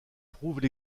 prouvent